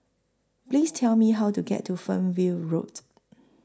Please Tell Me How to get to Fernvale Road